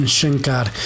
Shankar